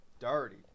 dirty